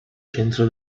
centro